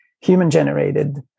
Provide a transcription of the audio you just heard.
human-generated